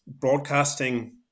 Broadcasting